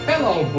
Hello